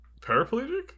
paraplegic